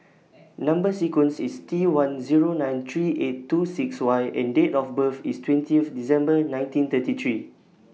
Number sequence IS T one Zero nine three eight two six Y and Date of birth IS twentieth December nineteen thirty three